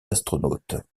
astronautes